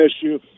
issue